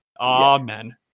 Amen